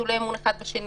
נטולי אמון אחד בשני.